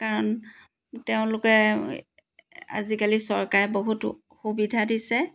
কাৰণ তেওঁলোকে আজিকালি চৰকাৰে বহুতো সুবিধা দিছে